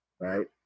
right